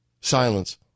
Silence